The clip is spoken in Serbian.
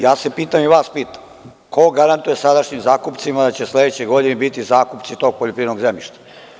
Ja se pitam i vas pitam – ko garantuje sadašnjim zakupcima da će sledeće godine biti zakupci tog poljoprivrednog zemljišta?